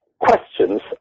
questions